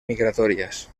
migratorias